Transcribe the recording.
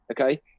Okay